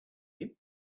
him